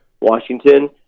Washington